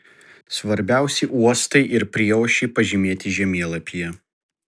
svarbiausi uostai ir prieuosčiai pažymėti žemėlapyje